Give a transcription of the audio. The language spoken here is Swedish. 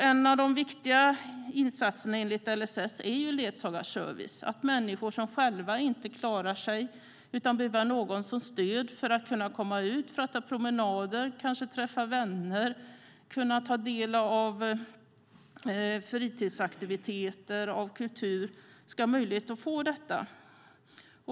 En av de viktiga insatserna enligt LSS är ledsagarservice, alltså att människor som själva inte klarar sig utan behöver någon som stöd för att kunna komma ut på promenader, kanske träffa vänner och ta del av fritidsaktiviteter och kultur ska ha möjlighet att göra detta.